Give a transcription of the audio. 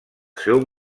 seu